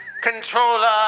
Controller